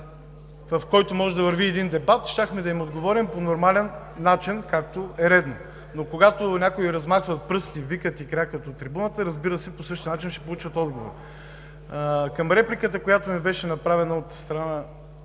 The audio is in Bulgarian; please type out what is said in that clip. в който може да върви един дебат, щяхме да им отговорим по нормален начин, както е редно. Но когато някой размахва пръст и викат, и крякат от трибуната, разбира се, по същия начин ще получат отговор. ЛАЛО КИРИЛОВ (БСП, от място): Аз Ви попитах